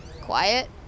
quiet